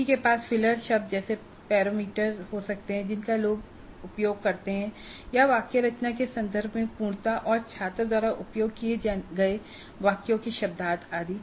किसी के पास फिलर शब्द जैसे पैरामीटर हो सकते हैं जिनका लोग उपयोग करते हैं या वाक्य रचना के संदर्भ में पूर्णता और छात्र द्वारा उपयोग किए गए वाक्यों के शब्दार्थ आदि